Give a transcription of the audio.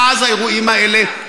ואז האירועים האלה,